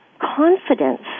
confidence